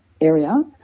area